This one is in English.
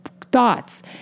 thoughts